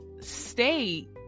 state